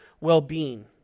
well-being